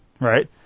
right